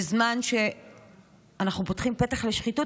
בזמן שאנחנו פותחים פתח לשחיתות,